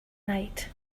night